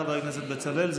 חבר הכנסת בצלאל?